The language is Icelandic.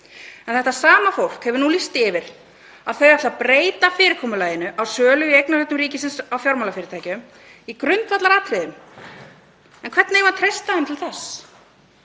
Þetta sama fólk hefur nú lýst því yfir að þau ætli að breyta fyrirkomulaginu á sölu á eignarhlutum ríkisins á fjármálafyrirtækjum í grundvallaratriðum. En hvernig eigum við að treysta þeim til þess